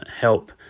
help